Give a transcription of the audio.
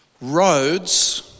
roads